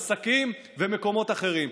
עסקים ומקומות אחרים.